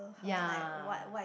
ya